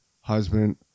husband